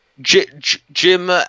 Jim